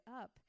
up